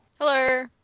Hello